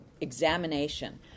examination